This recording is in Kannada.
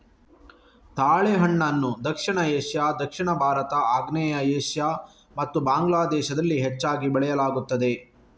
ತಾಳೆಹಣ್ಣನ್ನು ದಕ್ಷಿಣ ಏಷ್ಯಾ, ದಕ್ಷಿಣ ಭಾರತ, ಆಗ್ನೇಯ ಏಷ್ಯಾ ಮತ್ತು ಬಾಂಗ್ಲಾ ದೇಶದಲ್ಲಿ ಹೆಚ್ಚಾಗಿ ಬೆಳೆಯಲಾಗುತ್ತದೆ